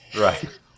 Right